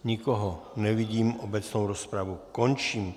Nikoho nevidím, obecnou rozpravu končím.